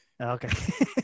Okay